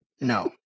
No